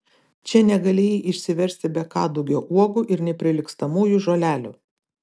čia negalėjai išsiversti be kadugio uogų ir neprilygstamųjų žolelių